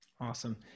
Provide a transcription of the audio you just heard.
Awesome